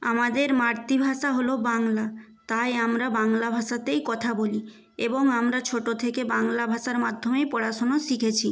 আমাদের মাতৃভাষা হল বাংলা তাই আমরা বাংলা ভাষাতেই কথা বলি এবং আমরা ছোট থেকে বাংলা ভাষার মাধ্যমেই পড়াশুনো শিখেছি